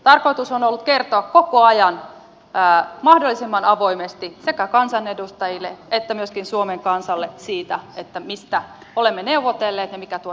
tarkoitus on ollut kertoa koko ajan mahdollisimman avoimesti sekä kansanedustajille että myöskin suomen kansalle siitä mistä olemme neuvotelleet ja mikä tuo neuvottelutulos on